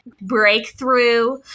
breakthrough